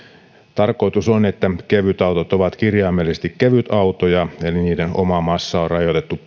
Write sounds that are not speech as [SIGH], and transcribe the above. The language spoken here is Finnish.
tarkoitus on että kevytautot ovat kirjaimellisesti kevytautoja eli niiden omamassa on rajoitettu [UNINTELLIGIBLE]